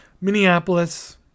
Minneapolis